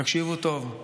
תקשיבו טוב,